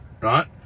right